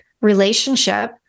relationship